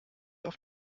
auf